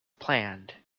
planned